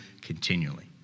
continually